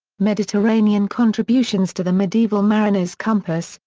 mediterranean contributions to the medieval mariner's compass,